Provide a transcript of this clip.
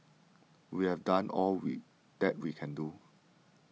we have done all we that we can do